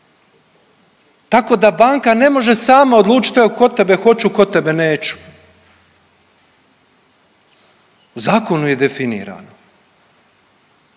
tako da banka ne može sama odlučiti evo kod tebe hoću, kod tebe neću u zakonu je definirano.